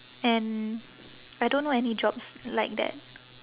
and I don't know any jobs like that